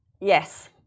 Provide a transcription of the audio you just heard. Yes